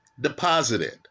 deposited